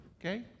okay